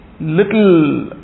Little